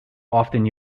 often